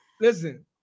Listen